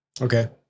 Okay